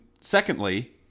secondly